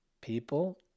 people